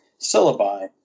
syllabi